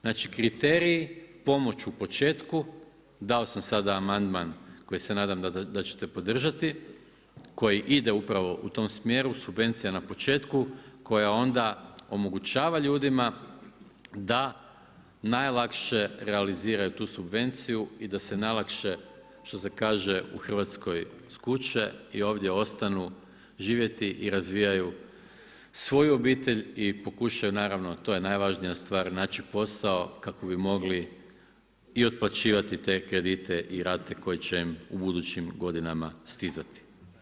Znači kriteriji pomoć u početku, dao sam sada amandman koji se nadam da ćete podržati, koji ide upravo u tom smjeru, subvencija na početku koja onda omogućava ljudima, da najlakše realiziraju tu subvenciju i da se najlakše, što se kaže u Hrvatskoj skuče i ovdje ostanu živjeti i razvijaju svoju obitelj i pokušaju, naravno, to je najvažnija stvar, naći posao kako bi mogli i otplaćivati te kredite i rate koje će im u budućim godinama stizati.